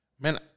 man